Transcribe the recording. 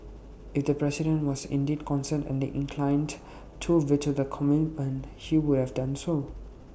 if the president was indeed concerned and inclined to veto the commitment he would have done so